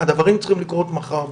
הדברים צריכים לקרות מחר בבוקר.